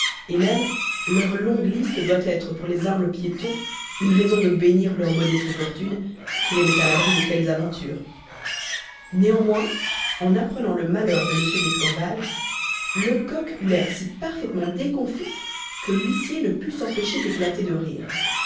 et même leur longue liste doit être pour les humbles piétons une raison de bénir leur modeste fortune qui les met à l'abri de telles aventures néanmoins en apprenant le malheur de m d'escorval lecoq eut l'air si parfaitement déconfit que l'huissier ne put s'empêcher d'éclater de rire